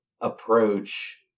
approach